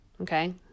Okay